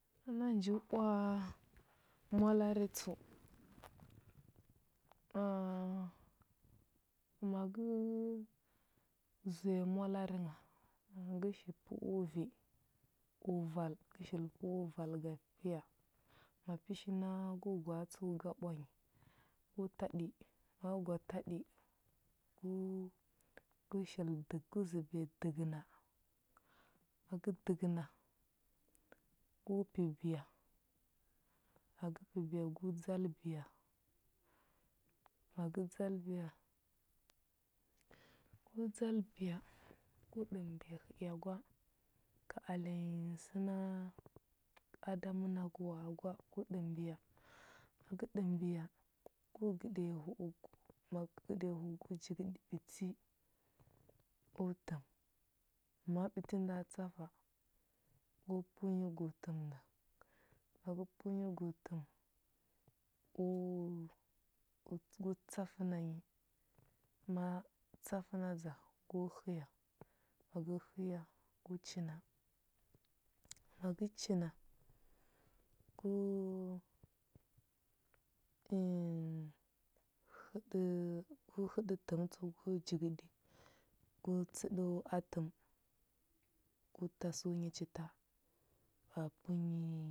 Əna nju ɓwa mwalari tsəu, ma gə zuya mwalari ngha, ngə gə shi pəu vi. U val gə shili pəu u val ga fiya. Ma pəshi na gu gwa a tsəu ga ɓwa nyi, gu taɗi, ma gə gwa taɗi, gu shil dəg gu zəbiya dəgəna. Ma gə dəgəna, gu pibiya, ma gə pibiya gu dzalbiya, ma gə dzalbiya, gu dzalbiya, gu ɗəmbiya hə i a gwa ka alenya səna a da mənagə wa agwa gu ɗəmbiya. Ma gə ɗəmbiya gu gəɗiya hu u, ma gə gəɗiya hu u gu jigəɗi ɓiti u təm ma ɓiti nda tsafa, gu pəu nya gu təm nda, ma gə pəu nyi gu təm u gu gu tsafəna nyi, ma tsafənadza gu həya. Ma gə həya gu china, ma gə china gu həɗə gu həɗə təm tsəu gu jigəɗi gu tsəɗəu atəm gu tasəu nyi chita, ba pəu nyi